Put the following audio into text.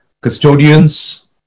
custodians